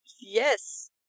Yes